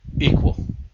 equal